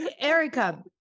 Erica